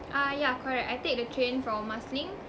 ah yeah correct I take the train from marsiling